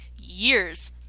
years